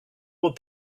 were